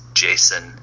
Jason